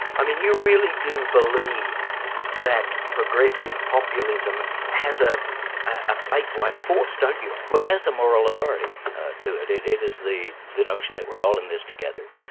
i mean, you really do believe that progressive populism has ah a faith-like force, don't you? well it has a moral authority to it. it it is the the notion that we're all in this together,